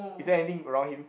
is there anything around him